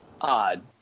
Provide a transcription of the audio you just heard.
odd